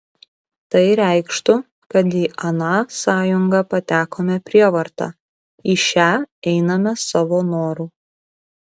tai reikštų kad į aną sąjungą patekome prievarta į šią einame savo noru